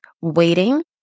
waiting